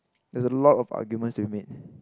there's a lot of arguments to be made